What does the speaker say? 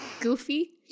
goofy